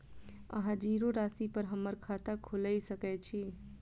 अहाँ जीरो राशि पर हम्मर खाता खोइल सकै छी?